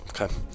Okay